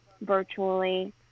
virtually